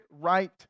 right